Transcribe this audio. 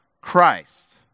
Christ